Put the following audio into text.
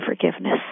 forgiveness